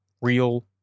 real